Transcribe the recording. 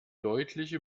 deutliche